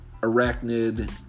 arachnid